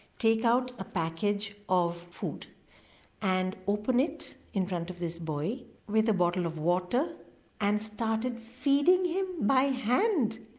take out a package of food and open it in front of this boy with a bottle of water and started feeding him by hand.